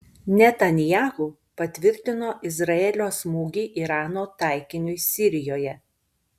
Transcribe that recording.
netanyahu patvirtino izraelio smūgį irano taikiniui sirijoje